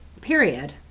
Period